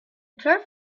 turf